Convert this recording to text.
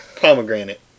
Pomegranate